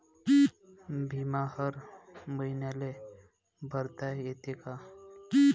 बिमा हर मईन्याले भरता येते का?